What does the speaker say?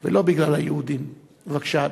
אצלנו בבית ישבו.